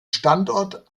standort